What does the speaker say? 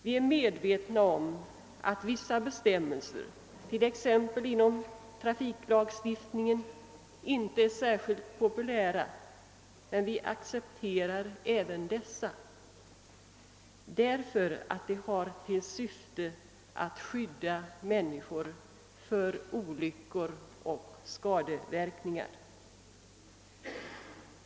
Vi är medvetna om att vissa bestämmelser, t.ex. inom trafiklagstiftningen, inte är särskilt populära, men vi accepterar även dessa därför att de ha till syfte att skydda människor mot olyckor och skadeverkningar.